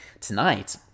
Tonight